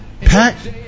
Pat